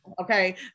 Okay